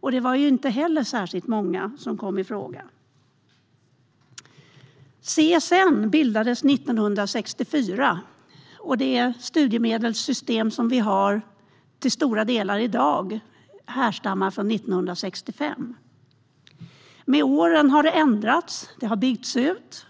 för det var det särskilt många som kom i fråga. CSN bildades 1964, och det studiemedelssystem vi till stora delar har kvar i dag härstammar från 1965. Med åren har det ändrats. Det har byggts ut.